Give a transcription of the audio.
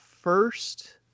first